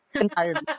entirely